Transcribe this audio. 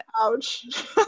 ouch